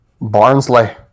Barnsley